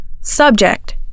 Subject